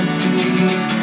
teeth